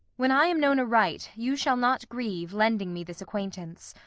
when i am known aright, you shall not grieve lending me this acquaintance.